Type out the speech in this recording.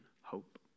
hope